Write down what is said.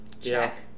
Check